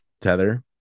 tether